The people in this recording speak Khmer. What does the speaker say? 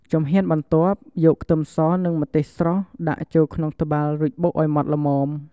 ជំហានបន្ទាប់ យកខ្ទឹមសនិងម្ទេសស្រស់ ដាក់ចូលក្នុងត្បាល់ រួចបុកឱ្យម៉ដ្ឋល្មម។